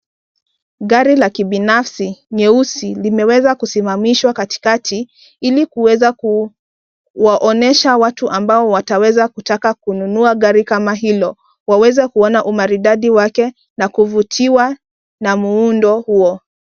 Gari la kibinafsi nyeusi, limeweza kusimamishwa katikati ili kuweza kuwaonyesha watu ambao wataweza kutaka kununua gari kama hilo. Waweza kuona umaridadi wake na kuvutiwa na muundo huo.